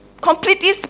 completely